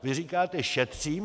Vy říkáte: Šetřím.